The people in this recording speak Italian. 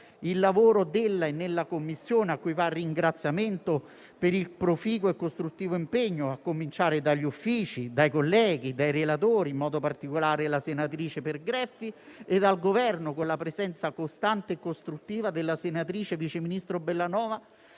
Il lavoro della e nella Commissione, a cui va il ringraziamento per il proficuo e costruttivo impegno, a cominciare dagli uffici, dai colleghi, dai relatori, in modo particolare la senatrice Pergreffi, e dal Governo, con la presenza costante e costruttiva della senatrice vice ministro Bellanova,